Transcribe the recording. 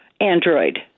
Android